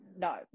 No